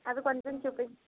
అవి కొంచెం చూపించు